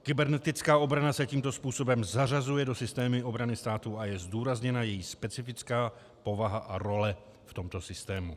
Kybernetická obrana se tímto způsobem zařazuje do systému obrany státu a je zdůrazněna její specifická povaha a role v tomto systému.